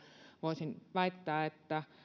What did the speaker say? voisin väittää että